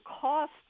cost